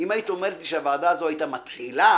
היית אומרת לי שהוועדה הזו הייתה מתחילה,